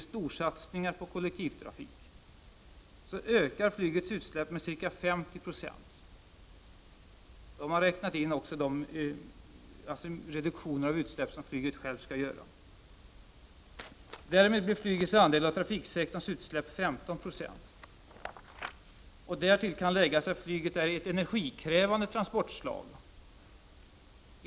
storsatsningar på kollektivtrafik, ökar flygets utsläpp med ca 50 90. Då har också de reduktioner av utsläpp som flyget självt skall göra räknats in. Därmed blir flygets andel av trafiksektorns utsläpp 15 96. Därtill kan läggas att flyget är ett energikrävande transportslag.